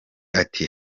ati